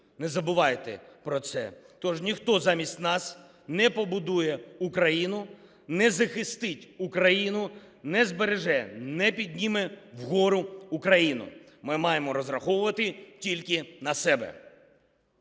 не забувайте про це. Тож ніхто замість нас не побудує Україну, не захистить Україну, не збереже, не підніме вгору Україну, ми маємо розраховувати тільки на себе.